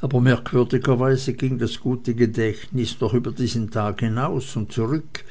aber merkwürdigerweise ging dies gute gedächtnis noch über diesen tag hinaus und zurück